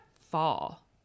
fall